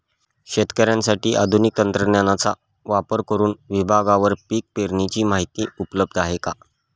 शेतकऱ्यांसाठी आधुनिक तंत्रज्ञानाचा वापर करुन विभागवार पीक पेरणीची माहिती उपलब्ध आहे का?